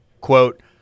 quote